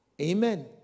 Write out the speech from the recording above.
Amen